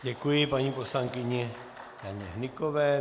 Děkuji paní poslankyni Janě Hnykové.